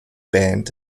band